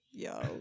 Yo